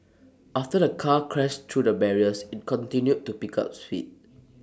after the car crashed through the barriers IT continued to pick up speed